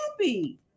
happy